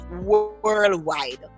worldwide